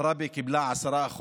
עראבה קיבלה 10%,